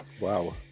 Wow